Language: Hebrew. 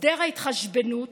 הסדר ההתחשבנות